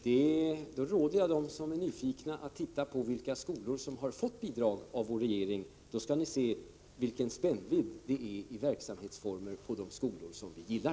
Jag råder dem som är nyfikna att se efter vilka skolor som har fått bidrag av regeringen. De skall då få se vilken spännvidd i verksamhetsformer det är på de skolor som vi gillar.